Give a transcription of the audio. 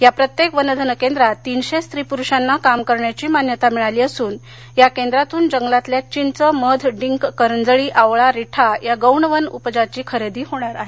या प्रत्येक वनधन केंद्रात तिनशे स्त्री पुरूषांना काम करण्याची मान्यता मिळाली असून या केंद्रातून जंगलातल्या चिंच मध डिंक करंजळी आवळा रिठा या गौणवन उपजाची खरेदी होणार आहे